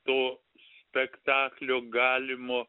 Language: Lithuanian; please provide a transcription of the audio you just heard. to spektaklio galimo